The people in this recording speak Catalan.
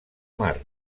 mar